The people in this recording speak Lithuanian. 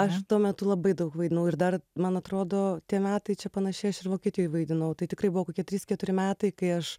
aš tuo metu labai daug vaidinau ir dar man atrodo tie metai čia panašiai aš ir vokietijoj vaidinau tai tikrai buvo kokie trys keturi metai kai aš